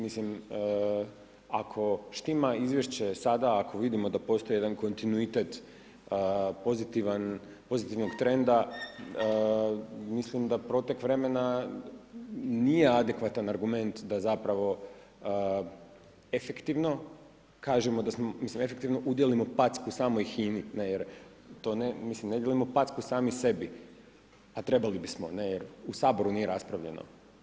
Mislim, ako štima izvješće sada, ako vidimo da postoji jedan kontinuitet, pozitivnog trenda, mislim da protek vremena, nije adekvatan argument, da zapravo, efektivno, kažemo, mislim, efektivno udijelimo packu samoj HINI, jer to, mislim ne dijelimo packu sami sebi, a trebali bismo, ne jer u Saboru nije raspravljeno.